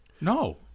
No